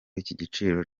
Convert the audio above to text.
igiciro